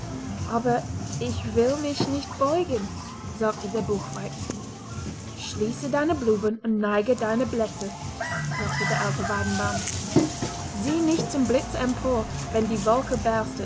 aber ich will mich nicht beugen sagte der buchweizen schließe deine blumen und neige deine blätter sagte der alte weidenbaum sieh nicht zum blitze empor wenn die wolke